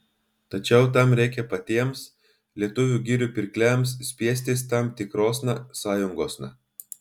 tačiau tam reikia patiems lietuvių girių pirkliams spiestis tam tikrosna sąjungosna